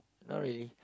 not really